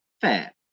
fair